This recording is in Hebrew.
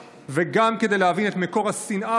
גם כדי לדעת היסטוריה וגם כדי להבין את מקור השנאה